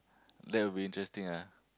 that will be interesting ah